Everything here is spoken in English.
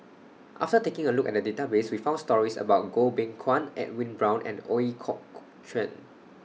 after taking A Look At The Database We found stories about Goh Beng Kwan Edwin Brown and Ooi Kok Chuen